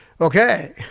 Okay